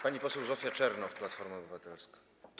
Pani poseł Zofia Czernow, Platforma Obywatelska.